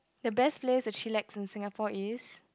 the best place to chillax in Singapore is